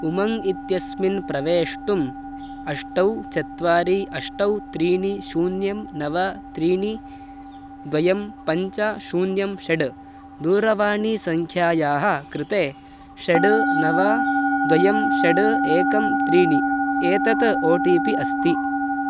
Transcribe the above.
उमङ्ग् इत्यस्मिन् प्रवेष्टुम् अष्ट चत्वारि अष्ट त्रीणि शून्यं नव त्रीणि द्वे पञ्च शून्यं षट् दूरवाणीसङ्ख्यायाः कृते षट् नव द्वे षट् एकं त्रीणि एतत् ओ टि पि अस्ति